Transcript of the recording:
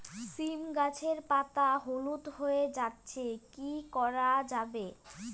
সীম গাছের পাতা হলুদ হয়ে যাচ্ছে কি করা যাবে?